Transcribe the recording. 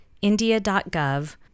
india.gov